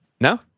No